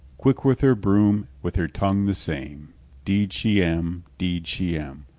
quick with her broom, with her tongue the same deed she am! deed she am!